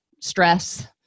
stress